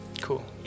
Cool